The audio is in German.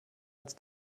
als